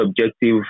objective